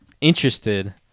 interested